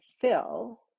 fill